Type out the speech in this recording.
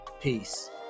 peace